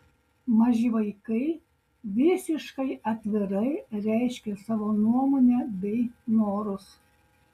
maži vaikai visiškai atvirai reiškia savo nuomonę bei norus